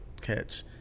catch